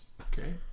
okay